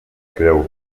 creu